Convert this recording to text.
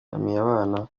abana